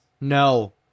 No